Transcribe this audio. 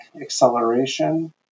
acceleration